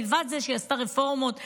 מלבד זה שהיא עשתה רפורמות וכו',